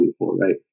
right